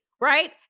right